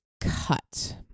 cut